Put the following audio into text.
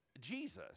Jesus